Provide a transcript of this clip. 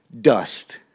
dust